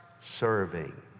serving